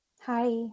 Hi